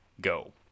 go